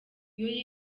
iyo